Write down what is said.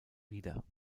wieder